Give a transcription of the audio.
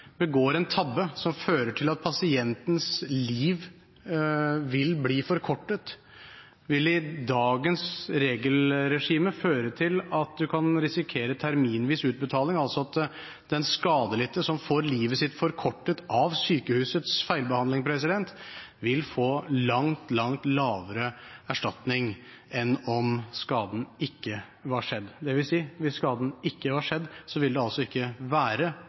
begår en tabbe som fører til at pasientens liv vil bli forkortet, vil dagens regelregime føre til at en kan risikere terminvis utbetaling, altså at den skadelidte, som får livet sitt forkortet av sykehusets feilbehandling, vil få langt, langt lavere erstatning enn om skaden ikke hadde skjedd. Det vil si: Hvis skaden ikke hadde skjedd, ville det altså ikke